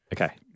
Okay